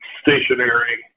stationary